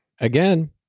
again